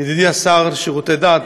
ידידי השר לשירותי דת,